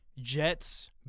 Jets